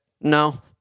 no